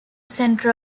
center